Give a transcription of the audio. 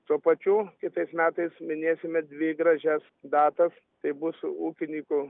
tuo pačiu kitais metais minėsime dvi gražias datas tai bus ūkininkų